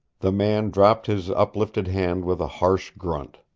the man dropped his uplifted hand with a harsh grunt.